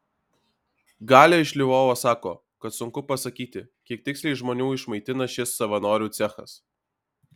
galia iš lvovo sako kad sunku pasakyti kiek tiksliai žmonių išmaitina šis savanorių cechas